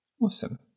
Awesome